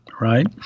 right